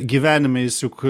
gyvenime jis juk